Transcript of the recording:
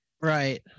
Right